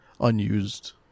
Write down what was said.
unused